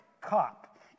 cop